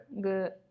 good